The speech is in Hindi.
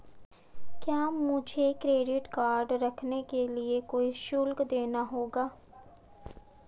क्या मुझे क्रेडिट कार्ड रखने के लिए कोई शुल्क देना होगा?